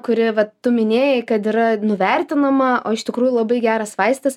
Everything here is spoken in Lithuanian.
kuri va tu minėjai kad yra nuvertinama o iš tikrųjų labai geras vaistas